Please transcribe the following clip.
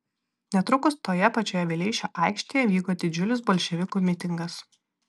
netrukus toje pačioje vileišio aikštėje vyko didžiulis bolševikų mitingas